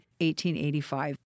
1885